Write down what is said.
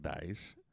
days